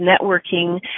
networking